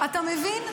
אתה מבין?